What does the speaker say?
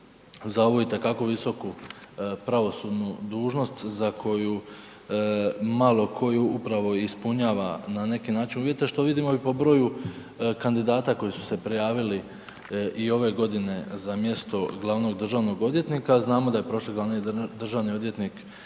za ovu itekako visoku pravosudnu dužnost za koju malo tko ju upravo ispunjava na neki način uvjete, što vidimo i po broju kandidata koji su se prijavili i ove godine za mjesto glavnog državnog odvjetnika, znamo da je prošli glavni državni odvjetnik